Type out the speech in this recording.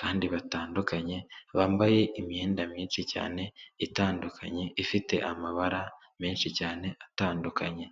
kandi batandukanye, bambaye imyenda myinshi cyane itandukanye, ifite amabara menshi cyane atandukanye.